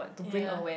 ya